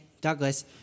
Douglas